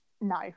no